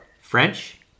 French